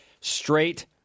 straight